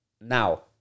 now